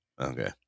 Okay